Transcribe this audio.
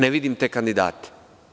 Ne vidim te kandidate.